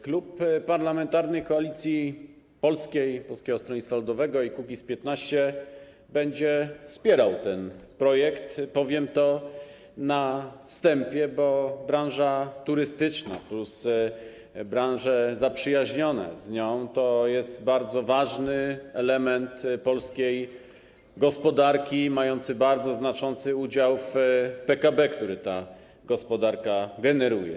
Klub Parlamentarny Koalicja Polska - Polskie Stronnictwo Ludowe - Kukiz15 będzie wspierał ten projekt, powiem to na wstępie, bo branża turystyczna plus branże z nią zaprzyjaźnione to jest bardzo ważny element polskiej gospodarki, mający bardzo znaczący udział w PKB, który ta gospodarka generuje.